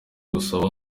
gusaba